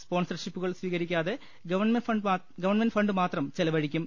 സ്പോൺസർഷിപ്പുകൾ സ്വീകരിക്കാതെ government fund മാത്രം ചെലവഴിക്കും